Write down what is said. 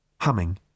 humming